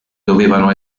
dovevano